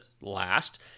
last